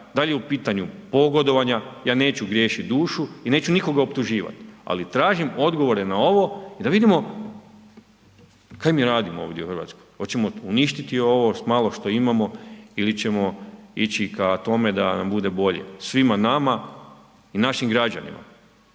li je u pitanju pogodovanja? Ja neću griješiti dušu i neću nikoga optuživat, ali tražim odgovore na ovo i da vidimo kaj mi radimo ovdje u Hrvatskoj. Hoćemo li uništiti ovo malo što imamo ili ćemo ići k tome da nam bude bolje svima nama i našim građanima?